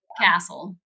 castle